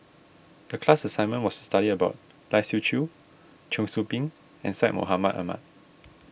the class assignment was to study about Lai Siu Chiu Cheong Soo Pieng and Syed Mohamed Ahmed